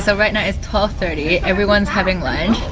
so right now is twelve thirty. everyone's having lunch,